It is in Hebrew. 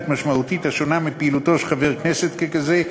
משמעותית השונה מפעילותו של חבר הכנסת ככזה,